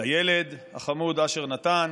לילד החמוד אשר נתן,